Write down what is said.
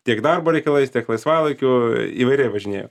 tiek darbo reikalais tiek laisvalaikiu įvairiai važinėju